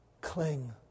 Cling